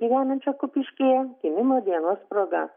gyvenančio kupiškyje gimimo dienos proga